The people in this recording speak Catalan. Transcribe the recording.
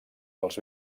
els